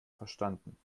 verstanden